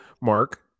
Mark